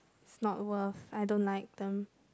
not worth I don't like them